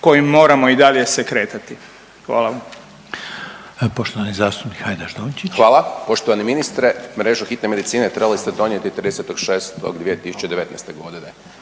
kojim moramo i dalje se kretati, hvala.